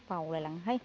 बावलाय लाङो हाय